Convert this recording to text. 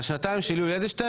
על שנתיים של יולי אדלשטיין,